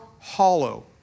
hollow